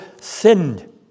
sinned